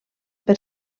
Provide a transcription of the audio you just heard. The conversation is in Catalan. per